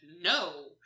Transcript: no